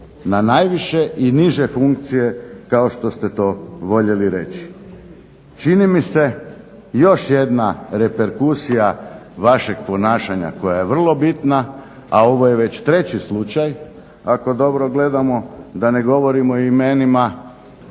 na najviše i niže funkcije kao što ste to voljeli reći? Čini mi se još jedna reperkusija vašeg ponašanja koja je vrlo bitna, a ovo je već treći slučaj, ako dobro gledamo, da ne govorimo imenima.